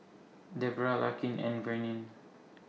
Debrah Larkin and Vernell